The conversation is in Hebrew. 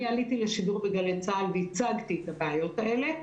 אני עליתי לשידור בגלי צה"ל והצגתי את הבעיות האלה.